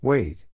Wait